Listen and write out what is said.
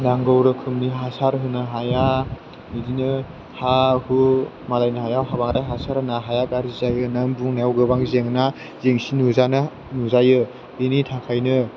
नांगौ रोखोमनि हासार होनो हाया बिदिनो हा हु मालायनि हायाव बांद्राय हासार होनो हाया गाज्रि जायो होनना बुंनायाव गोबां जेंना जेंसि नुजायो बेनि थाखायनो